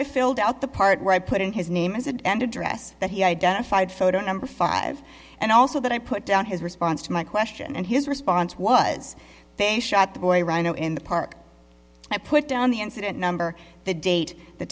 i filled out the part where i put in his name as an end address that he identified photo number five and also that i put down his response to my question and his response was they shot the boy rhino in the park i put down the incident number the date the